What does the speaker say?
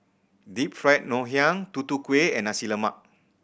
Deep Fried Ngoh Hiang Tutu Kueh and Nasi Lemak